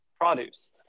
produce